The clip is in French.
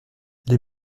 les